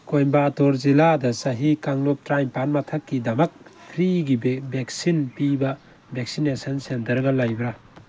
ꯀꯣꯏꯝꯕꯇꯣꯔ ꯖꯤꯂꯥꯗ ꯆꯍꯤ ꯀꯥꯡꯂꯨꯞ ꯇꯔꯥꯅꯤꯄꯥꯜ ꯃꯊꯛꯀꯤꯗꯃꯛ ꯐ꯭ꯔꯤꯒꯤ ꯚꯦꯛꯁꯤꯟ ꯄꯤꯕ ꯚꯦꯛꯁꯤꯅꯦꯁꯟ ꯁꯦꯟꯇꯔꯒ ꯂꯩꯕ꯭ꯔꯥ